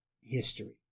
history